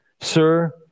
Sir